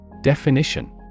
Definition